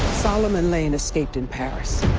solomon lane escaped in paris.